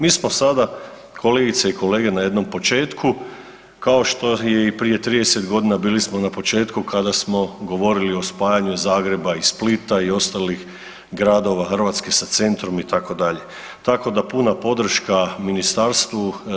Mi smo sada kolegice i kolege na jednom početku kao što smo i prije 30 godina bili na početku kada smo govorili o spajanju Zagreba i Splita i ostalih gradova Hrvatske sa centrom itd., tako da puna podrška ministarstvu.